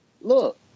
Look